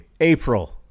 April